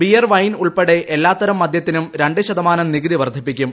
beer wine ഉൾപ്പെടെ എല്ലാത്തരം മദ്യത്തിനും രണ്ട് ശതമാനം നികുതി വർദ്ധിക്കും